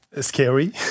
scary